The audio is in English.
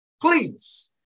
Please